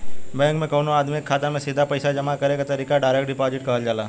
bank में कवनो आदमी के खाता में सीधा पईसा जामा करे के तरीका डायरेक्ट डिपॉजिट कहल जाला